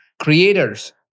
Creators